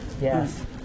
Yes